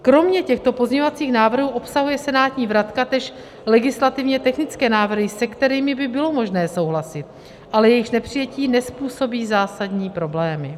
Kromě těchto pozměňovacích návrhů obsahuje senátní vratka též legislativně technické návrhy, se kterými by bylo možné souhlasit, ale jejichž nepřijetí nezpůsobí zásadní problémy.